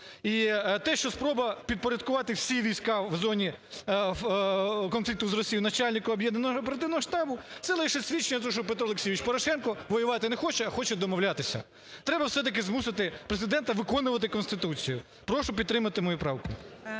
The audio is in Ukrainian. І те, що спроба підпорядкувати всі війська в зоні конфлікту з Росією начальнику об'єднаного оперативного штабу, це лише свідчення того, що Петро Олексійович Порошенко воювати не хоче, а хоче домовлятися. Треба все-таки змусити Президента виконувати Конституцію. Прошу підтримати мою правку.